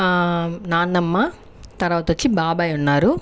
నానమ్మ తర్వాత వచ్చి బాబాయ్ ఉన్నారు